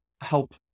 help